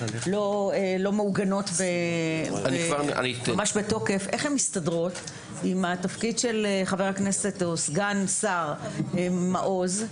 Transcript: שלא מעוגנים בתוקף מסתדרים עם התפקיד של סגן השר מעוז,